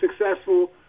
successful